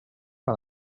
par